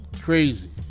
crazy